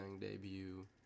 debut